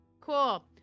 cool